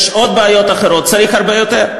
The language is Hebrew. יש עוד בעיות, אחרות צריך הרבה יותר,